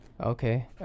Okay